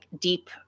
deep